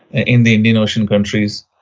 and indian ocean countries,